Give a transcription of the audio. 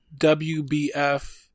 wbf